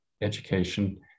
education